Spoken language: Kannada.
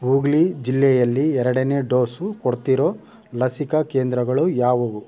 ಹೂಗ್ಲಿ ಜಿಲ್ಲೆಯಲ್ಲಿ ಎರಡನೇ ಡೋಸು ಕೊಡ್ತಿರೋ ಲಸಿಕಾ ಕೇಂದ್ರಗಳು ಯಾವುವು